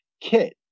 KIT